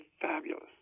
fabulous